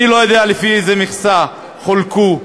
אני לא יודע לפי איזו מכסה חולקו הוועדות,